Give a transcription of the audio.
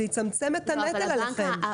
זה יצמצם את הנטל עליכם.